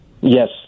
Yes